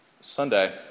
Sunday